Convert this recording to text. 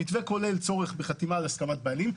המתווה כולל צורך בחתימה על הסכמת בעלים.